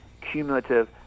cumulative